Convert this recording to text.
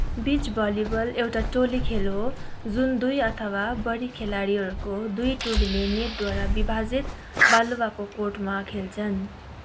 which volleyball एउटा टोली खेल हो जुन दुई अथवा बढी खेलाडीहरूको दुई टोलीले नेटद्वारा विभाजित बालुवाको कोर्टमा खेल्छन्